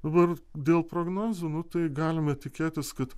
dabar dėl prognozių nu tai galime tikėtis kad